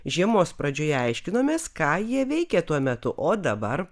žiemos pradžioje aiškinomės ką jie veikė tuo metu o dabar